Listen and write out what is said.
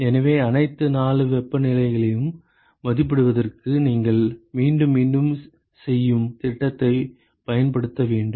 எனவே அனைத்து 4 வெப்பநிலையையும் மதிப்பிடுவதற்கு நீங்கள் மீண்டும் மீண்டும் செய்யும் திட்டத்தைப் பயன்படுத்த வேண்டும்